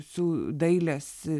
su dailės